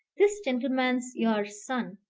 this gentleman's your son!